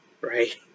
right